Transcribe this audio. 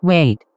Wait